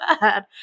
bad